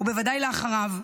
ובוודאי לאחריו,